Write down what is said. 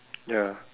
ya